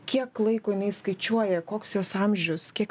kiek laiko jinai skaičiuoja koks jos amžius kiek